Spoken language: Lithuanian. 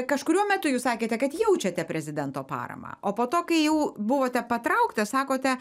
kažkuriuo metu jūs sakėte kad jaučiate prezidento paramą o po to kai jau buvote patrauktas sakote